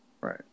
right